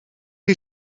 chi